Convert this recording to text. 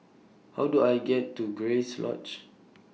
How Do I get to Grace Lodge